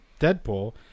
Deadpool